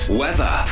weather